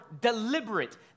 deliberate